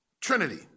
Trinity